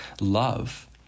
love